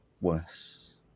worse